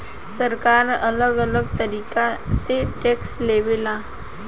सरकार अलग अलग तरीका से टैक्स लेवे ला